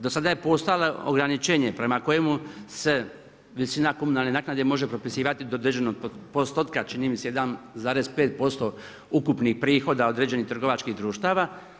Do sada je postojalo ograničenje prema kojemu se visina komunalne naknade može propisivati do određenog postotka, čini mi se 1,5% ukupnih prihoda određenih trgovačkih društava.